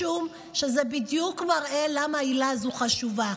משום שזה מראה בדיוק למה העילה הזו חשובה,